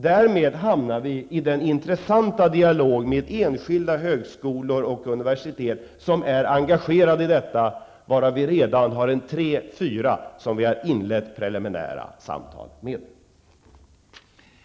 Därmed hamnar vi i en intressant dialog med enskilda högskolor och universitet som är engagerade i detta, varav vi redan har inlett preliminära samtal med tre fyra stycken.